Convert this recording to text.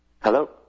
Hello